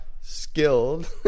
skilled